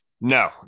No